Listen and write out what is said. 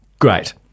Great